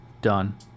done